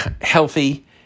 healthy